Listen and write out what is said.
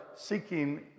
seeking